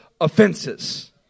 offenses